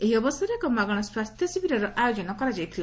ଏହି ଅବସରରେ ଏକ ମାଗଣା ସ୍ୱାସ୍ଥ୍ୟ ଶିବିରର ଆୟୋଜନ କରାଯାଇଥିଲା